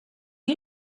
you